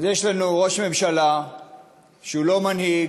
אז יש לנו ראש ממשלה שהוא לא מנהיג,